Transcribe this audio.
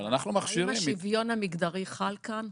האם השוויון המגדרי חל כאן?